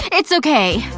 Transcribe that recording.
it's okay.